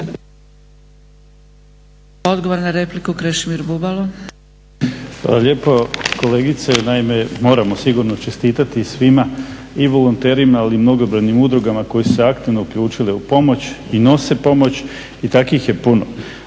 Bubalo. **Bubalo, Krešimir (HDSSB)** Hvala lijepo. Kolegice, naime moramo sigurno čestitati svima i volonterima ali i mnogobrojnim udrugama koje su se aktivno uključile u pomoć i nose pomoć i takvih je puno.